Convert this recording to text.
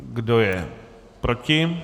Kdo je proti?